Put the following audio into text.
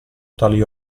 tali